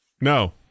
No